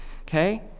okay